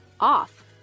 off